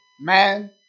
man